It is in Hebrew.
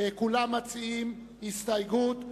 כולם מציעים הסתייגות.